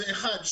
זה דבר אחד.